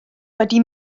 wedi